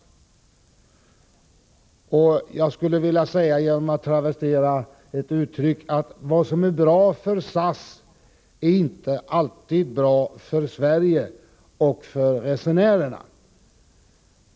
Genom att travestera ett känt uttryck skulle jag vilja säga: Vad som är bra för SAS är inte alltid bra för Sverige och för resenärerna.